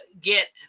get